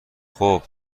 خوب